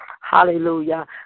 hallelujah